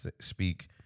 speak